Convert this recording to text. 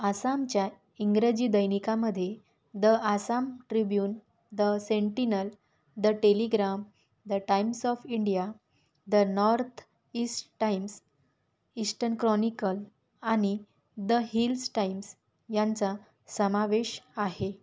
आसामच्या इंग्रजी दैनिकामध्ये the Assam Tribune the Sentinel the Telegraph the Times of India the North East Times Eastern Chronicle आणि the Hills Times यांचा समावेश आहे